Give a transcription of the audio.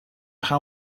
how